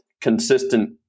consistent